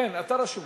ינמק, ראשון